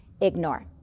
ignore